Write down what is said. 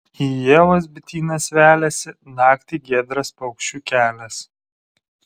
į ievas bitynas veliasi naktį giedras paukščių kelias